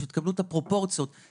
כדי שתקבלו את הפרופורציות לקפיצה.